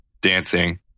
dancing